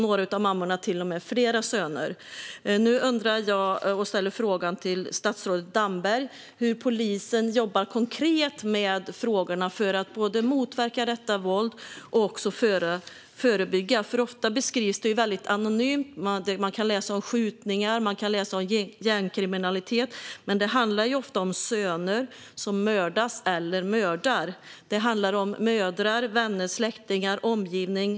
Nu vill jag fråga statsrådet Damberg hur polisen jobbar konkret med frågorna för att både motverka och förebygga detta våld. Ofta beskrivs det ju väldigt anonymt. Man kan läsa om skjutningar och om gängkriminalitet, men det handlar ofta om söner som mördas eller mördar. Det handlar om mödrar, vänner, släktingar och omgivningen.